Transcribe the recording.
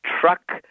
truck